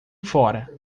fora